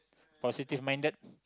positive minded